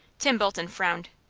tim bolton frowned.